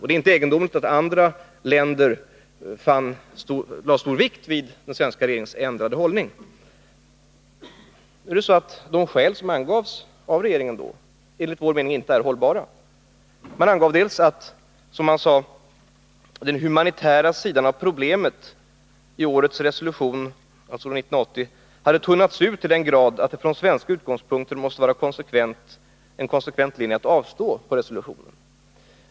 Det är inte egendomligt att andra länder lade stor vikt vid den svenska regeringens ändrade hållning. De skäl som angavs av regeringen är enligt vår mening inte hållbara. Som ett första motiv angav man att den humanitära sidan av problemet i 1980 års resolution hade tunnats ut till den grad att det från svenska utgångspunkter måste vara en konsekvent linje att avstå från att rösta.